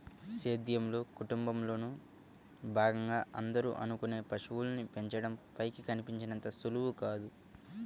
సేద్యంలో, కుటుంబంలోను భాగంగా అందరూ అనుకునే పశువుల్ని పెంచడం పైకి కనిపించినంత సులువు కాదు